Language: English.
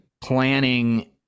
planning